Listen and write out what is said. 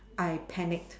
I panic